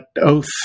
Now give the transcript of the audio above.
oath